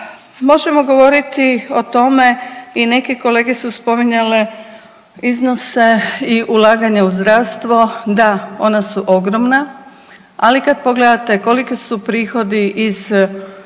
Može govoriti o tome i neki kolege su spominjale iznose i ulaganja u zdravstvo, da ona su ogromna, ali kad pogledate koliki su prihodi iz